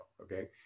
Okay